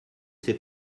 sais